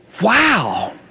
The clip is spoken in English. wow